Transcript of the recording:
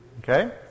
Okay